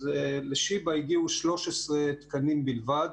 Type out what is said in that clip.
אז לשיבא הגיעו 13 תקנים בלבד,